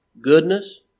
goodness